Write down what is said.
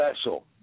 special